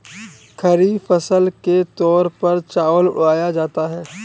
खरीफ फसल के तौर पर चावल उड़ाया जाता है